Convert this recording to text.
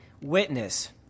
witness